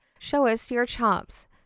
ShowUsYourChops